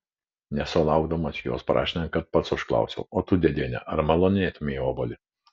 nesulaukdamas jos prašnekant pats užklausiau o tu dėdiene ar malonėtumei obuolį